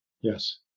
Yes